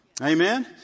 Amen